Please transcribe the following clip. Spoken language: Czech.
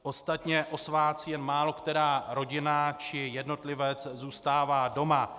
Ostatně o svátcích jen málokterá rodina či jednotlivec zůstává doma.